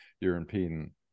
European